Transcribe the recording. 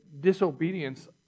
disobedience